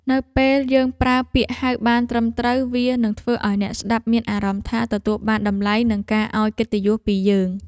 នៅពេលយើងប្រើពាក្យហៅបានត្រឹមត្រូវ វានឹងធ្វើឱ្យអ្នកស្ដាប់មានអារម្មណ៍ថាទទួលបានតម្លៃនិងការឱ្យកិត្តិយសពីយើង។